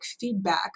feedback